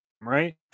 right